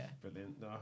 Brilliant